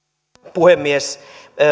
puhemies